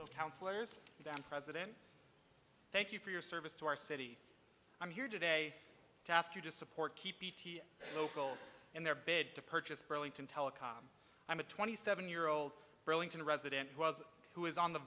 jerry councilors down president thank you for your service to our city i'm here today to ask you to support keep local in their bid to purchase burlington telecom i'm a twenty seven year old burlington resident who is on the